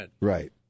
Right